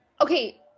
Okay